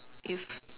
if